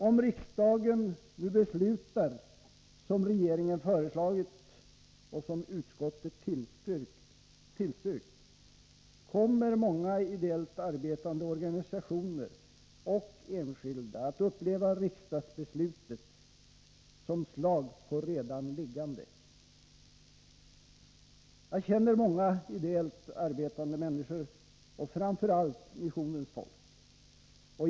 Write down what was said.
Om riksdagen nu beslutar som regeringen föreslagit och som utskottet tillstyrkt, kommer många ideellt arbetande organisationer och enskilda att uppleva riksdagsbeslutet som slag på redan liggande. Jag känner många ideellt arbetande människor, framför allt missionens folk.